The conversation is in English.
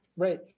right